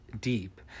deep